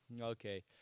Okay